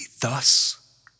thus